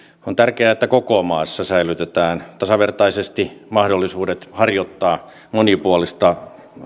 on tärkeää että koko maassa säilytetään tasavertaisesti mahdollisuudet harjoittaa monipuolista